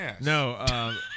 No